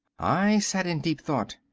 i sat in deep thought.